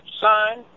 sign